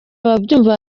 ababyumva